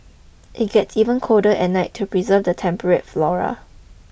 it gets even colder at night to preserve the temperate flora